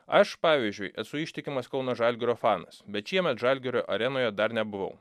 aš pavyzdžiui esu ištikimas kauno žalgirio fanas bet šiemet žalgirio arenoje dar nebuvau